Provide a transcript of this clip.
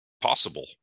possible